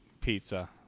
Pizza